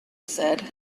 said